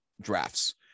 drafts